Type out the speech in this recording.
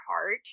heart